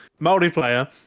multiplayer